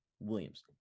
Williams